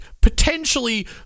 potentially